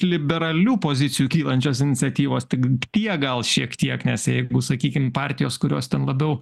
liberalių pozicijų kylančios iniciatyvos tik tiek gal šiek tiek nes jeigu sakykim partijos kurios ten labiau